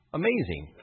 amazing